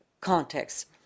context